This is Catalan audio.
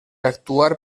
actuar